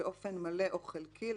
באופן מלא או חלקי,